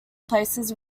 places